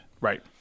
Right